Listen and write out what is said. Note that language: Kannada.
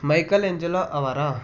ಮೈಕಲೆಂಜಲೊ ಅವರ